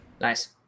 Nice